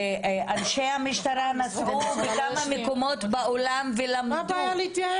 אנשי המשטרה נסעו לכמה מקומות בעולם ולמדו מה הבעיה להתייעץ.